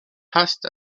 passed